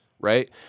right